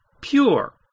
pure